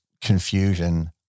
confusion